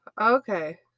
Okay